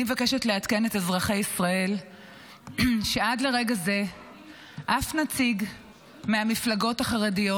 אני מבקשת לעדכן את אזרחי ישראל שעד לרגע זה אף נציג מהמפלגות החרדיות,